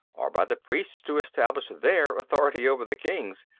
or by the priests, to establish their authority over the kings.